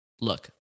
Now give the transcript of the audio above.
look